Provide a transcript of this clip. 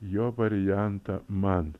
jo variantą man